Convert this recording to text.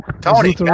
Tony